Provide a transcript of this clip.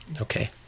okay